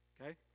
Okay